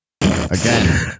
Again